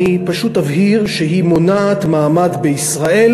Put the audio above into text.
אני פשוט אבהיר שהיא מונעת מעמד בישראל